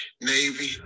navy